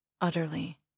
utterly